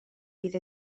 bydd